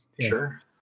Sure